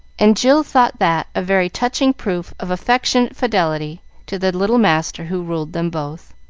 and jill thought that a very touching proof of affectionate fidelity to the little master who ruled them both.